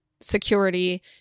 security